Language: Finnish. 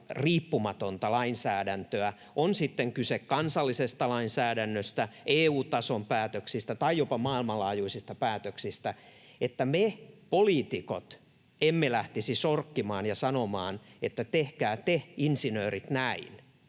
teknologiariippumatonta lainsäädäntöä, oli kyse sitten kansallisesta lainsäädännöstä, EU-tason päätöksistä tai jopa maailmanlaajuisista päätöksistä: että me poliitikot emme lähtisi sorkkimaan ja sanomaan, että tehkää te insinöörit näin.